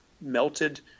melted